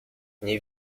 nie